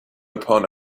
upon